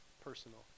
personal